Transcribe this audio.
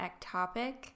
ectopic